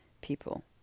people